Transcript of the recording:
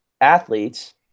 athletes